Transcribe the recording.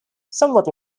somewhat